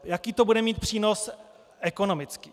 Jaký to bude mít přínos ekonomický?